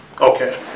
Okay